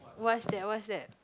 what's that what's that